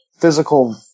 physical